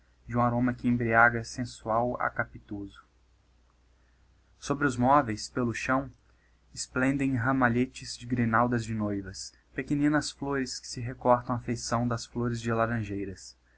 de um aroma que embriaga sensual a capitoso digiti zedby google sobre os moveis pelo chão esplendem ramalhetes de grinaldas de noivas pequeninas flores que se recortam á feição das flores de laranjeiras